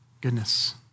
Goodness